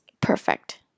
perfect